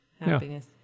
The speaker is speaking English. happiness